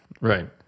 Right